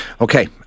Okay